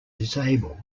disabled